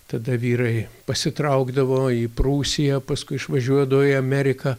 tada vyrai pasitraukdavo į prūsiją paskui išvažiuodavo į ameriką